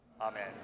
Amen